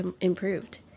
improved